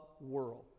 world